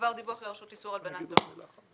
מועבר דיווח לרשות איסור הלבנת הון.